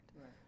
right